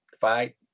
Bye